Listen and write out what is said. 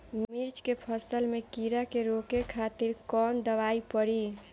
मिर्च के फसल में कीड़ा के रोके खातिर कौन दवाई पड़ी?